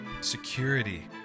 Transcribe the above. security